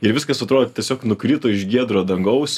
ir viskas atrodė tiesiog nukrito iš giedro dangaus